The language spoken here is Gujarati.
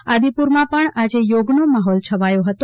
તો આદિપુર માં પણ આજે યોગનો માહોલ છવાયો હતો